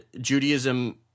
Judaism